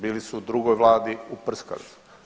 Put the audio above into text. Bili su u drugoj Vladi, uprskali su.